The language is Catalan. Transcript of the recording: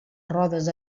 rodes